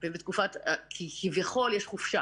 כי כביכול יש חופשה